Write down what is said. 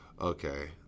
Okay